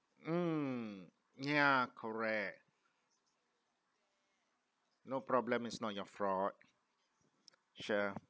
mm ya correct no problem it's not your fraud sure